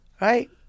Right